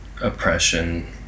oppression